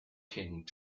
king